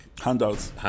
handouts